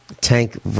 tank